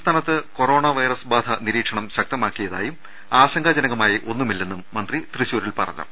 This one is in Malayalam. സംസ്ഥാനത്ത് കൊറോണ വൈറസ് ബാധ നിരീക്ഷണം ശക്തമാക്കിയതായും ആശങ്കാജനകമായി ഒന്നു മില്ലെന്നും മന്ത്രി തൃശൂരിൽ പറഞ്ഞു